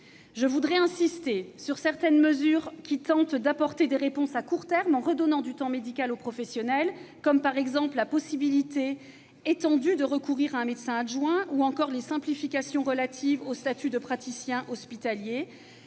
J'insiste ainsi sur certaines mesures qui tendent à apporter des réponses à court terme en redonnant du temps médical aux professionnels : la possibilité étendue de recourir à un médecin adjoint, les simplifications relatives au statut de praticien hospitalier,